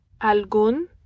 algún